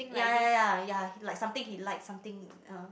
yea yea yea yea like something he like something uh